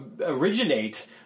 originate